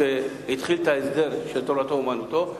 שהתחיל את ההסדר של תורתו-אומנותו.